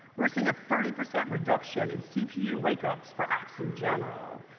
we're seeing a thirty percent reduction in cpu wake-ups for apps in general.